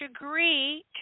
agree